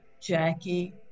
Jackie